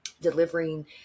delivering